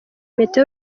impeta